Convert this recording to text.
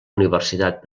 universitat